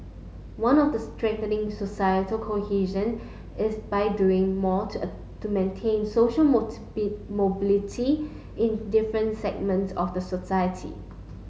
one of the strengthening societal cohesion is by doing more to to maintain social mobility in different segments of the society